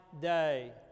day